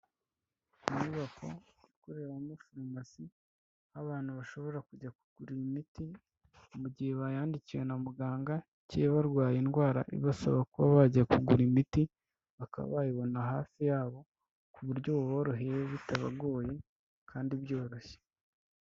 Inyubako ikorerabamo farumasi, aho abantu bashobora kujya kugurira imiti, mu gihe bayandikiwe na muganga cyangwa barwaye indwara ibasaba kuba bajya kugura imiti, bakaba bayibona hafi yabo ku buryo buboroheye bitabagoye kandi byoroshye.